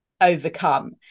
overcome